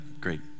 great